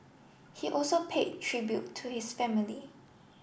he also paid tribute to his family